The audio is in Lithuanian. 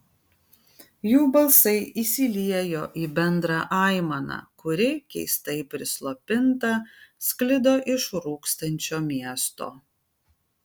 jų balsai įsiliejo į bendrą aimaną kuri keistai prislopinta sklido iš rūkstančio miesto